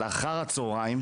אלא אחר הצוהריים,